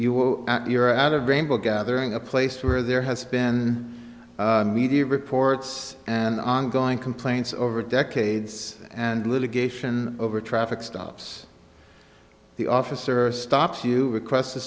you will you're out of rainbow gathering a place where there has been media reports and ongoing complaints over decades and litigation over traffic stops the officer stops you